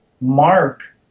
mark